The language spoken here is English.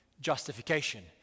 justification